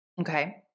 okay